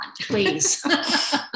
please